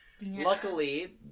Luckily